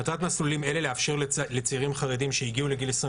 מטרת מסלולים אלה לאפשר לצעירים חרדים שהגיעו לגיל 21